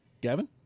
Gavin